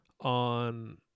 on